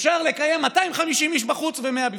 אפשר לקיים 250 איש בחוץ ו-100 בפנים.